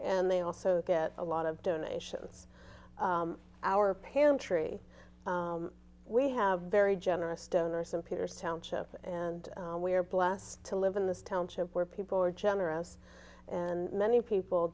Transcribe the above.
and they also get a lot of donations our pantry we have very generous donor some peters township and we're blessed to live in this township where people are generous and many people